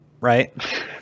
right